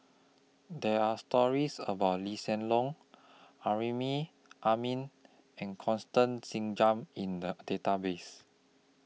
There Are stories about Lee Hsien Loong Amrin Amin and Constance Singam in The Database